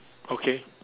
okay